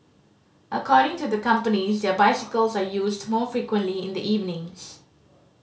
according to the companies their bicycles are used more frequently in the evenings